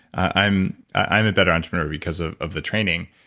i'm i'm a better entrepreneur because of of the training.